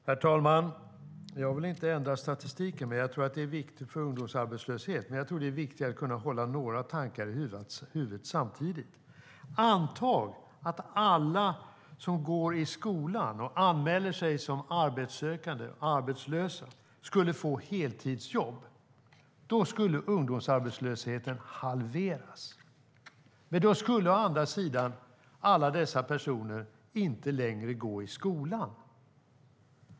Herr talman! Jag vill inte ändra statistiken, men jag tror att det är viktigt för frågan om ungdomsarbetslösheten att hålla några tankar i huvudet samtidigt. Anta att alla som går i skolan och anmäler sig som arbetssökande och arbetslösa skulle få heltidsjobb. Då skulle ungdomsarbetslösheten halveras. Men då skulle, å andra sidan, alla dessa personer inte längre gå i skolan.